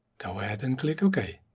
go ahead and click okay.